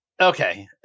Okay